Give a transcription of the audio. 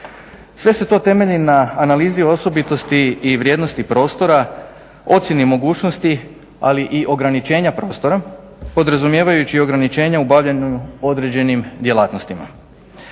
Sve se to temelji na analizi osobitosti i vrijednosti prostora, ocjeni mogućnosti, ali i ograničenja prostora, podrazumijevajući ograničenja u bavljenju određenim djelatnostima.